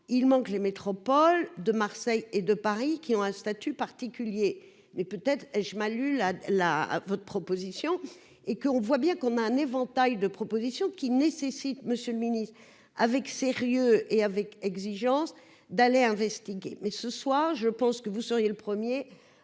il manque les métropoles de Marseille et de Paris, qui ont un statut particulier, mais peut être et je m'allume la la, à votre proposition et qu'on voit bien qu'on a un éventail de propositions qui nécessite, Monsieur le Ministre, avec sérieux et avec exigence d'aller investiguer mais ce soir, je pense que vous seriez le 1er